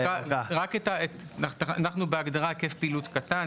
אנחנו בהגדרה של היקף פעילות קטן.